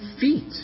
feet